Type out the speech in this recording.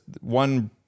one